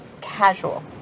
casual